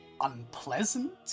unpleasant